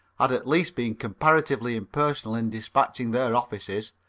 had at least been comparatively impersonal in despatching their offices,